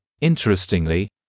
interestingly